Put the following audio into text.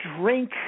drink